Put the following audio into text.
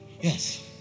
yes